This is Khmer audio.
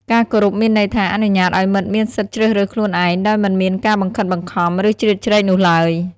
ការគោរពមានន័យថា អនុញ្ញាតិឱ្យមិត្តមានសិទ្ធជ្រើសរើសខ្លួនឯង ដោយមិនមានការបង្ខិតបង្ខំ ឬ ជ្រៀតជ្រែកនោះឡើយ។។